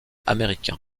américain